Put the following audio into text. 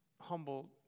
humble